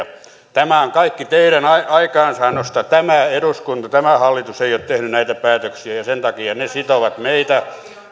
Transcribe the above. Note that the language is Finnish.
tämä on kaikki teidän aikaansaannostanne tämä eduskunta tämä hallitus ei ole tehnyt näitä päätöksiä ja sen takia ne sitovat meitä